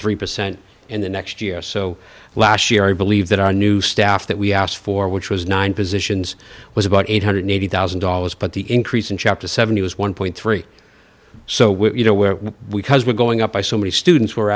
three percent in the next year so last year we believe that our new staff that we asked for which was nine positions was about eight hundred and eighty thousand dollars but the increase in chapter seven was one dollar so we're you know where we were going up by so many students were